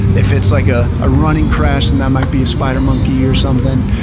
if it's like ah a running crash then that might be a spider monkey or something.